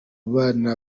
bana